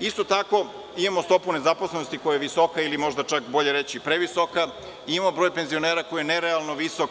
Isto tako imamo stopu nezaposlenosti koja je visoka, ili možda čak bolje reći previsoka, imamo broj penzionera koji je nerealno visok